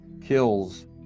kills